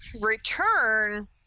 return